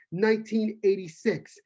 1986